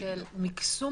של מקסום